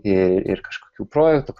ir tokių projektų